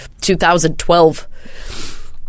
2012